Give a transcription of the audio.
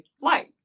light